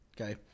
Okay